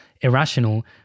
irrational